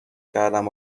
کردم